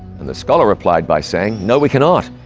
and the scholar replied by saying. no we cannot.